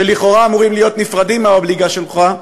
שלכאורה אמור להיות נפרד מהאובליגו שלך,